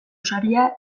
saria